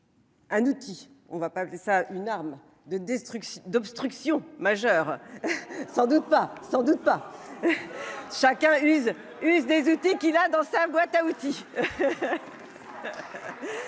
Un outil. On ne va pas appeler ça une arme de destruction d'obstruction majeur. Sans doute pas sans doute pas. Chacun use us des outils qui là dans sa boîte à outils.